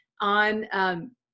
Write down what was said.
on